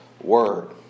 word